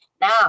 Now